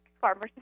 farmer's